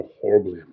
horribly